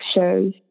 shows